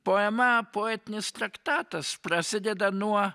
poema poetinis traktatas prasideda nuo